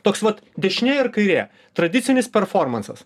toks vat dešinė ar kairė tradicinis performansas